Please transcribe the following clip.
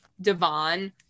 Devon